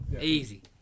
Easy